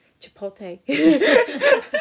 chipotle